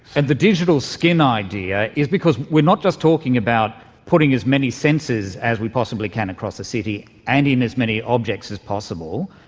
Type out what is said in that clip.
and the digital digital skin idea is because we're not just talking about putting as many sensors as we possibly can across the city and in as many objects as possible,